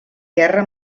guerra